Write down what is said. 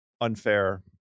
unfair